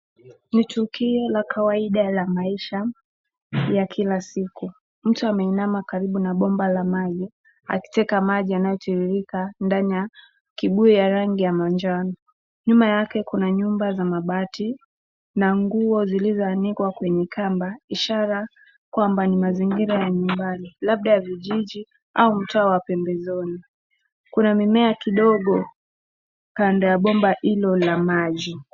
Ni tukio la kawaida la maisha ya kila siku. Mtu ameinama karibu na bomba la maji akiteka maji yanayotiririka ndani ya kibuyu ya rangi ya manjano. Nyuma yake kuna nyumba za mabati na nguo zilizoanikwa kwenye kamba ishara kwamba ni mazingira ya nyumbani, labda vijiji au mtaa wa pembezoni. Kuna mimea kidogo kando ya bomba hilo la maji.